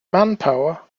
manpower